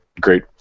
great